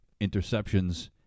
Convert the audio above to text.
interceptions